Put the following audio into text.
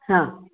हा